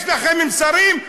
יש לכם מסרים,